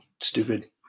stupid